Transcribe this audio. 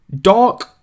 Dark